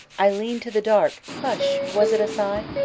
i lean to the dark hush was it a sigh?